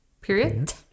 Period